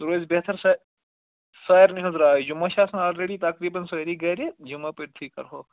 سُہ روزِ بہتر سا سارنٕے ہٕنٛز راے جِمعہ چھِ آسان آلریڈی تَقریٖبن سٲری گرِ جِمعہ پٔرۍ تھٕے کَرہوکھ